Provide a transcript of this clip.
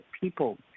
people